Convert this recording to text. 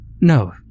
No